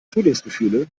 frühlingsgefühle